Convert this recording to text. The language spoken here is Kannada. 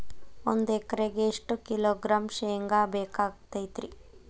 ಒಂದು ಎಕರೆಗೆ ಎಷ್ಟು ಕಿಲೋಗ್ರಾಂ ಶೇಂಗಾ ಬೇಕಾಗತೈತ್ರಿ?